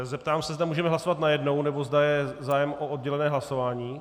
Zeptám se, zda můžeme hlasovat najednou, nebo zda je zájem o oddělené hlasování.